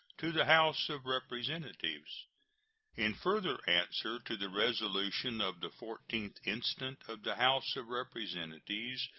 to the house of representatives in further answer to the resolution of the fourteenth instant of the house of representatives,